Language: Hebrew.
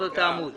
עמוד